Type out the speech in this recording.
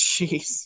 Jeez